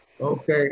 Okay